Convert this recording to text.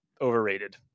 Overrated